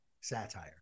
satire